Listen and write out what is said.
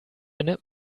eine